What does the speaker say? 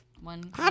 One